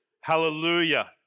Hallelujah